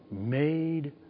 made